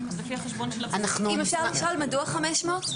מדוע 500?